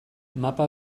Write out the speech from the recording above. mapa